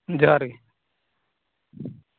ᱡᱚᱦᱟᱨ ᱜᱮ